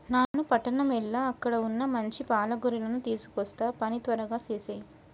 నాను పట్టణం ఎల్ల అక్కడ వున్న మంచి పాల గొర్రెలను తీసుకొస్తా పని త్వరగా సేసేయి